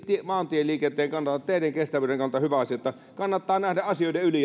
maantieliikenteen kannalta teiden kestävyyden kannalta hyvä asia kannattaa nähdä asioiden yli